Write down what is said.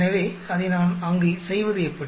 எனவே அதை நான் அங்கு செய்வது எப்படி